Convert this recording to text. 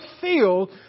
feel